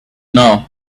know